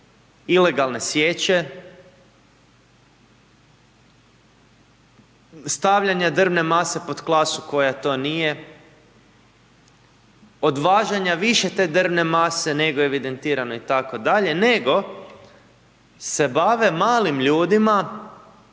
ilegalne sječe, stavljanja drvne mase pod klasu koja to nije, odvažanja više te drvne mase nego je evidentirano itd., nego se bave malim ljudima